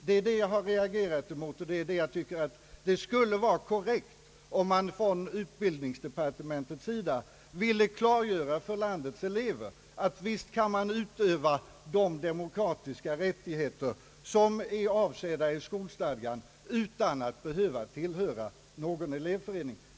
Detta har jag reagerat emot, och jag tycker att det skulle vara korrekt, om utbildningsdepartementet ville klargöra för landets elever att de visst kan utöva de demokratiska rättigheter som är avsedda i skolstadgan utan att behöva tillhöra någon elevförening.